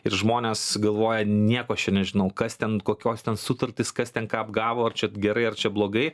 ir žmonės galvoja nieko aš čia nežinau kas ten kokios ten sutartys kas ten ką apgavo ar čia gerai ar čia blogai